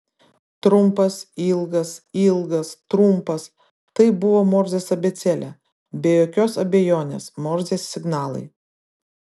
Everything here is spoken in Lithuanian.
trumpas ilgas ilgas trumpas tai buvo morzės abėcėlė be jokios abejonės morzės signalai